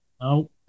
No